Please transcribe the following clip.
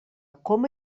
coma